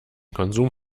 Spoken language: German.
konsum